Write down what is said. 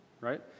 right